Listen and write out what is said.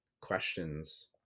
questions